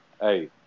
Hey